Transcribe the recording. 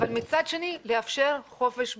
אבל מצד שני לאפשר חופש ביטוי.